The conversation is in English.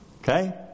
Okay